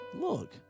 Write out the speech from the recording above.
look